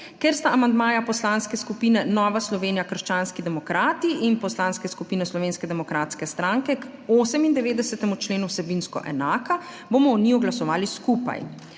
Ker sta amandmaja Poslanske skupine Nova Slovenija - krščanski demokrati in Poslanske skupine Slovenske demokratske stranke k 98. členu vsebinsko enaka, bomo o njiju glasovali skupaj.